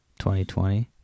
2020